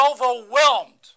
overwhelmed